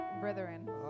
brethren